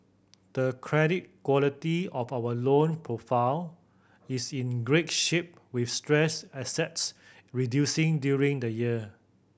the credit quality of our loan portfolio is in great shape with stressed assets reducing during the year